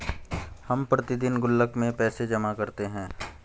हम प्रतिदिन गुल्लक में पैसे जमा करते है